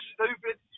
Stupid